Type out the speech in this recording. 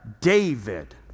David